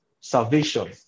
salvation